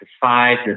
five